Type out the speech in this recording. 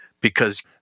because-